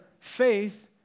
faith